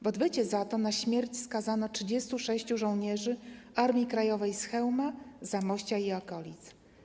W odwecie za to na śmierć skazano 36 żołnierzy Armii Krajowej z Chełma, Zamościa i okolic.